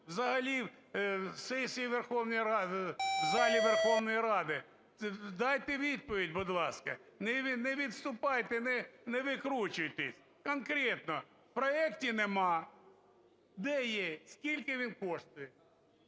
взагалі сесії Верховної Ради в залі Верховної Ради. Дайте відповідь, будь ласка. Не відступайте, не викручуйтесь, конкретно. В проекті нема. Де є? Скільки він коштує?